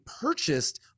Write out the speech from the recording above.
purchased